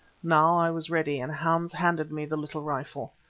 now i was ready and hans handed me the little rifle.